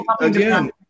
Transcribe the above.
again